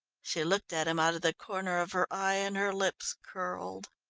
she looked at him out of the corner of her eye and her lips curled.